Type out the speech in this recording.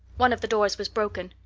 one of the doors was broken.